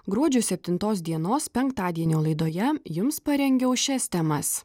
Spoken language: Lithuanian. gruodžio septintos dienos penktadienio laidoje jums parengiau šias temas